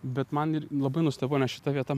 bet man ir labai nustebau nes šita vieta